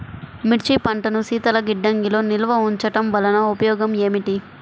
మిర్చి పంటను శీతల గిడ్డంగిలో నిల్వ ఉంచటం వలన ఉపయోగం ఏమిటి?